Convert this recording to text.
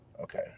okay